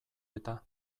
eta